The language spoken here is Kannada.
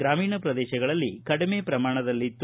ಗ್ರಾಮೀಣ ಪ್ರದೇಶಗಳಲ್ಲಿ ಕಡಿಮೆ ಪ್ರಮಾಣದಲ್ಲಿತ್ತು